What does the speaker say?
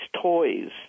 toys